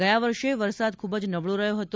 ગયા વર્ષે વરસાદ ખૂબ નબળો રહ્યો હતો